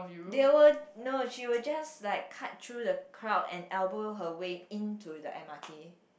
they will no she will just like cut through the crowd and elbow her way into the M_R_T